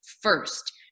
first